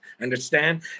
Understand